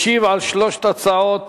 ישיב על שלוש ההצעות